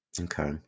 Okay